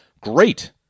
great